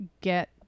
get